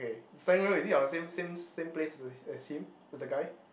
okay steering wheel is it on the same same same place as as him as the guy